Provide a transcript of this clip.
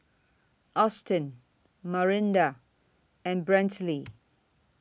Austyn Marinda and Brantley